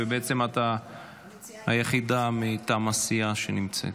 ובעצם את היחידה מטעם הסיעה שנמצאת.